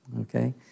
okay